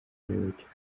bibukijwe